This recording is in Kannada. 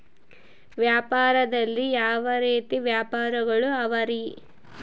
ವ್ಯಾಪಾರದಲ್ಲಿ ಯಾವ ರೇತಿ ವ್ಯಾಪಾರಗಳು ಅವರಿ?